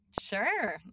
Sure